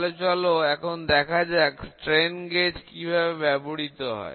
তাহলে চলো এখন দেখা যাক স্ট্রেন গেজ এর কিভাবে ব্যবহৃত হয়